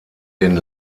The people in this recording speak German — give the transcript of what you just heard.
den